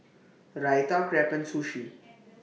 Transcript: Raita Crepe and Sushi